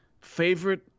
Favorite